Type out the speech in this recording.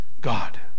God